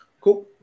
Cool